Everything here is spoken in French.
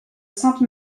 sainte